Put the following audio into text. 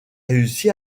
réussi